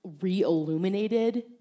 re-illuminated